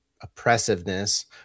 oppressiveness